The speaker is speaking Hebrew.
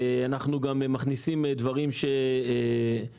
אנחנו גם מכניסים דברים שנדרשים.